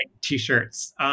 T-shirts